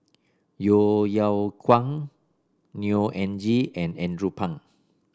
Yeo Yeow Kwang Neo Anngee and Andrew Phang